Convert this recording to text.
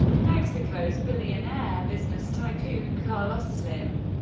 mexico's billionaire business tycoon carlos slim.